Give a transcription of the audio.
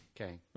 Okay